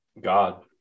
God